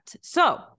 So-